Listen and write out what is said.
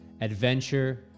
adventure